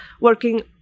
working